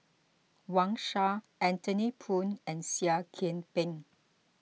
Wang Sha Anthony Poon and Seah Kian Peng